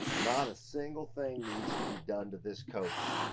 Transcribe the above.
not a single thing needs to be done to this coach.